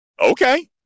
okay